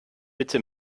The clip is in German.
bitte